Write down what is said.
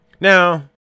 Now